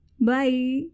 Bye